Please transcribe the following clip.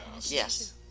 Yes